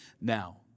now